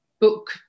Book